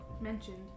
mentioned